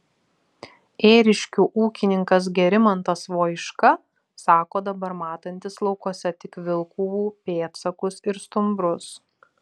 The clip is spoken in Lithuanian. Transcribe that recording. ėriškių ūkininkas gerimantas voiška sako dabar matantis laukuose tik vilkų pėdsakus ir stumbrus